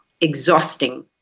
exhausting